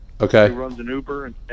Okay